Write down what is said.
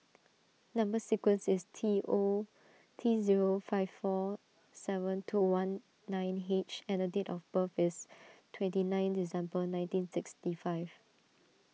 Number Sequence is T O T zero five four seven two one nine H and date of birth is twenty nine December nineteen sixty five